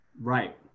right